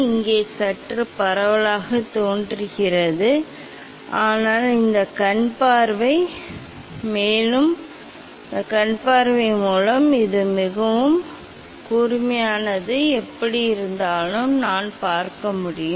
இங்கே சற்று பரவலாகத் தோன்றுகிறது ஆனால் இந்த கண் பார்வை மூலம் இது மிகவும் கூர்மையானது எப்படியிருந்தாலும் நான் பார்க்க முடியும்